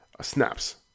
snaps